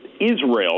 Israel